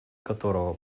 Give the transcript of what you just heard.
которого